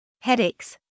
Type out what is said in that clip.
Headaches